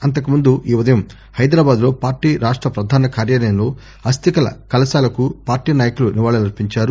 అంతకుముందు ఈ ఉదయం హైదరాబాద్లో పార్టీ రాష్ట ప్రధాన కార్యాలయంలో అస్థికల కలశాలకు పార్టీ నాయకులు నివాళులర్పించారు